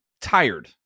tired